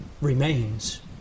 remains